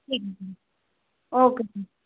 ठीक है okay sir